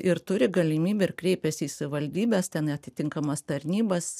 ir turi galimybę ir kreipiasi į savivaldybes ten atitinkamas tarnybas